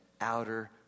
outer